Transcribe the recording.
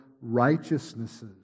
righteousnesses